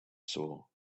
saw